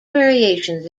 variations